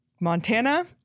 Montana